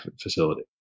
facility